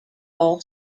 all